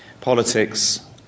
politics